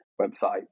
website